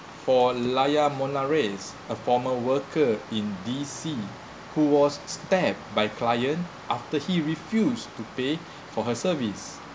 for layar mona ress a former worker in D_C who was stabbed by client after he refused to pay for her service